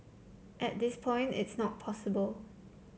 at this point it's not possible